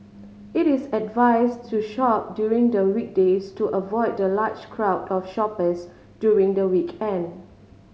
it is advised to shop during the weekdays to avoid the large crowd of shoppers during the weekend